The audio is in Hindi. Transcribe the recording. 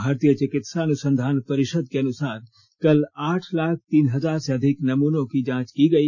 भारतीय चिकित्सा अनुसंधान परिषद के अनुसार कल आठ लाख तीन हजार से अधिक नमूनों की जांच की गई